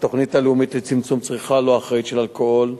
התוכנית הלאומית לצמצום צריכה לא אחראית של אלכוהול,